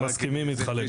מסכימים איתך לגמרי.